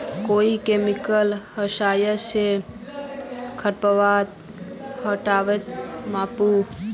कोइ केमिकलेर सहायता से खरपतवार हटावा पामु